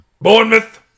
Bournemouth